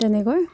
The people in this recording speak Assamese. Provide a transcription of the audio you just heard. তেনেকৈ